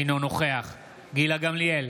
אינו נוכח גילה גמליאל,